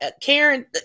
Karen